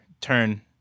turn